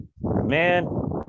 Man